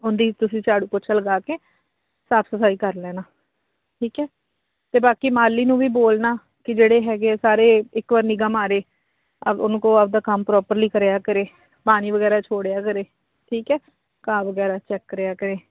ਉਹਦੀ ਤੁਸੀਂ ਝਾੜੂ ਪੋਚਾ ਲਗਾ ਕੇ ਸਾਫ਼ ਸਫਾਈ ਕਰ ਲੈਣਾ ਠੀਕ ਹੈ ਅਤੇ ਬਾਕੀ ਮਾਲੀ ਨੂੰ ਵੀ ਬੋਲਣਾ ਕਿ ਜਿਹੜੇ ਹੈਗੇ ਸਾਰੇ ਇੱਕ ਵਾਰ ਨਿਗਾਹ ਮਾਰੇ ਆਵ ਉਹਨੂੰ ਕਹੋ ਆਪਦਾ ਕੰਮ ਪ੍ਰੋਪਰਲੀ ਕਰਿਆ ਕਰੇ ਪਾਣੀ ਵਗੈਰਾ ਛੋੜਿਆ ਕਰੇ ਠੀਕ ਹੈ ਘਾਹ ਵਗੈਰਾ ਚੱਕ ਰਿਹਾ ਕਰੇ